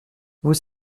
vous